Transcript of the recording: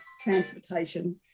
transportation